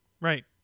Right